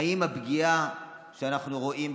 על הפגיעה שאנחנו רואים,